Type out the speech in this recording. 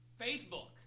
Facebook